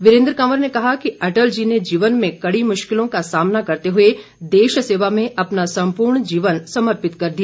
वीरेन्द्र कवर ने कहा कि अटल जी ने जीवन में कड़ी मुश्किलों का सामना करते हुए देश सेवा में अपना संपूर्ण जीवन समर्पित कर दिया